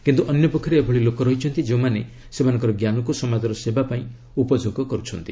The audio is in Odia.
କିନ୍ତୁ ଅନ୍ୟପକ୍ଷରେ ଏଭଳି ଲୋକ ଅଛନ୍ତି ଯେଉଁମାନେ ସେମାନଙ୍କର ଜ୍ଞାନକୁ ସମାଜର ସେବା ପାଇଁ ଉପଯୋଗ କରୁଛନ୍ତି